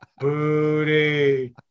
booty